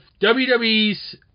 WWE's